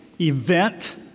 event